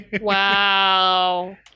wow